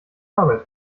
arbeit